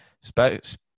Space